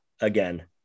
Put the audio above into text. again